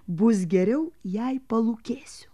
bus geriau jei palūkėsiu